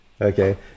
Okay